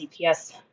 CPS